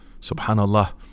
Subhanallah